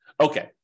Okay